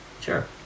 Sure